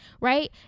right